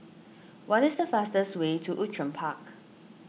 what is the fastest way to Outram Park